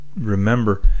remember